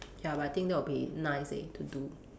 ya but I think that would be nice leh to do